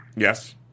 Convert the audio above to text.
Yes